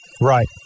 Right